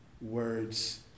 words